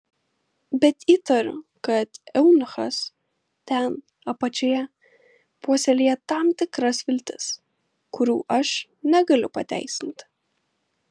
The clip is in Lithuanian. bet įtariu kad eunuchas ten apačioje puoselėja tam tikras viltis kurių aš negaliu pateisinti